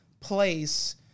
place